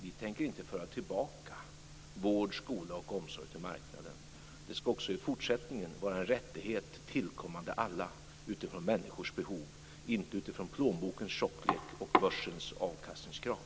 Vi tänker inte föra tillbaka vård, skola och omsorg till marknaden. Det ska också i fortsättningen vara en rättighet tillkommande alla utifrån människors behov, inte utifrån plånbokens tjocklek och börsens avkastningskrav.